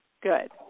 Good